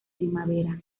primavera